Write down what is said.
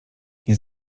nie